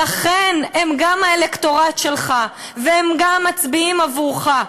לכן הם גם האלקטורט שלך, והם גם מצביעים עבורך.